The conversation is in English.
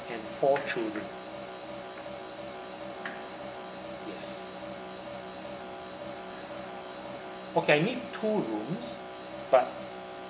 and four children yes okay I need two rooms but